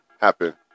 happen